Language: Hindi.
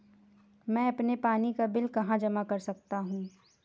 मैं अपने पानी का बिल कहाँ जमा कर सकता हूँ?